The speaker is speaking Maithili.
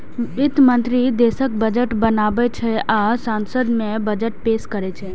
वित्त मंत्री देशक बजट बनाबै छै आ संसद मे बजट पेश करै छै